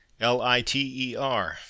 L-I-T-E-R